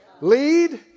Lead